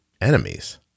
enemies